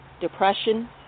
depression